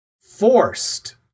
forced